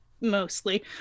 mostly